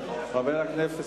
חבר הכנסת